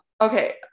Okay